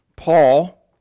Paul